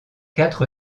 quatre